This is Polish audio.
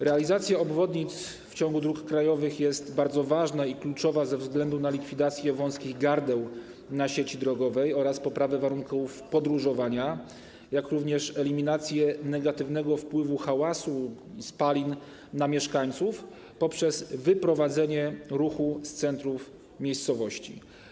Realizacja obwodnic w ciągu dróg krajowych jest bardzo ważna i kluczowa ze względu na likwidację wąskich gardeł na sieci drogowej oraz poprawę warunków podróżowania, jak również eliminację negatywnego wpływu hałasu i spalin na mieszkańców poprzez wyprowadzenie ruchu z centrów miejscowości.